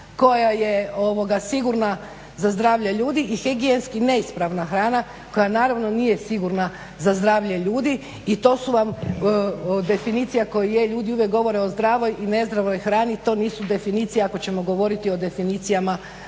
koja je sigurna za zdravlje ljudi i higijenski neispravna hrana koja naravno nije sigurna za zdravlje ljudi i to su vam definicija koja je, ljudi uvijek govore o zdravoj i nezdravoj hrani. To nisu definicije ako ćemo govoriti o definicijama